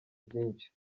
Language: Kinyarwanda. byinshi